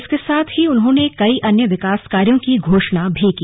इसके साथ ही उन्होंने कई अन्य विकास कार्यो की घोषणा भी की